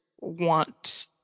want